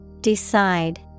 Decide